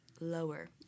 lower